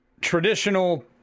traditional